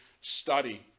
Study